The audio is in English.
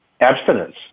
abstinence